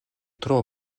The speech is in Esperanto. tro